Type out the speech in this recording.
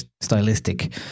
stylistic